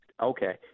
Okay